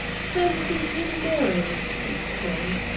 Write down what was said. fancy you married! he exclaimed.